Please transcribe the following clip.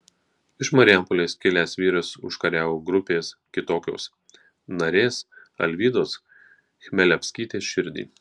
iš marijampolės kilęs vyras užkariavo grupės kitokios narės alvydos chmelevskytės širdį